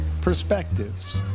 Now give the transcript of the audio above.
perspectives